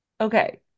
okay